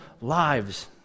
lives